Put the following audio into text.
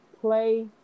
play